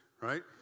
Right